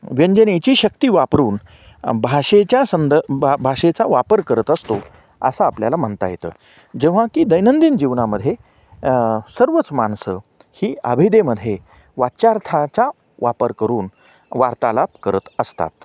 व्यंजनेची शक्ती वापरून भाषेच्या संद भा भाषेचा वापर करत असतो असं आपल्याला म्हणता येतं जेव्हा की दैनंदिन जीवनामध्ये सर्वच माणसं ही अभदेमध्ये वाचार्थाचा वापर करून वार्तालाप करत असतात